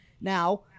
Now